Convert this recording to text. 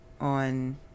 on